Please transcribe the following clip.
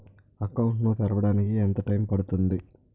Account ను తెరవడానికి ఎంత టైమ్ పడుతుంది?